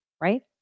right